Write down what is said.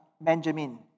Benjamin